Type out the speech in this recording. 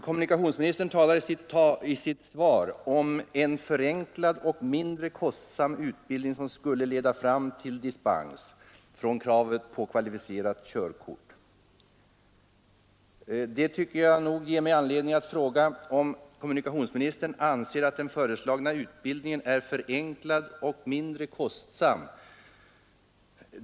Kommunikationsministern talar i sitt svar om en ”förenklad och mindre kostsam utbildning som skulle leda fram till dispens från krav på kvalificerat körkort ———”. Det ger mig anledning att fråga: Anser kommunikationsministern att den föreslagna utbildningen är förenklad och mindre kostsam?